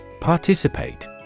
Participate